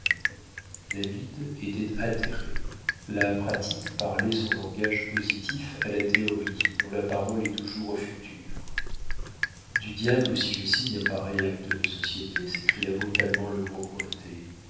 david était atterré la pratique parlait son langage positif à la théorie dont la parole est toujours au futur du diable si je signe un pareil acte de société s'écria brutalement le